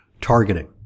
targeting